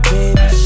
Baby